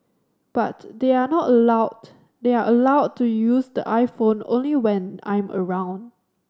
but they are not allowed they are allowed to use the iPhone only when I'm around